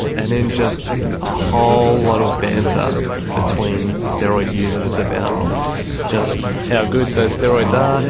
and then just a whole lot of banter between steroid users about just how good those steroids are,